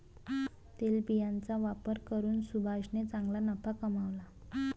तेलबियांचा व्यापार करून सुभाषने चांगला नफा कमावला